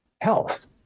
health